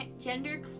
gender